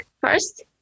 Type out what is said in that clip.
first